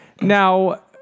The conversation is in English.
Now